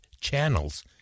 channels